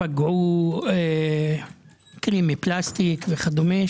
למשל על כלים מפלסטיק וכדומה,